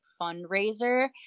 fundraiser